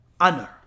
honor